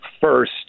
first